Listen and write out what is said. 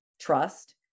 trust